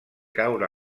caure